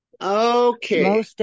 Okay